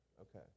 Okay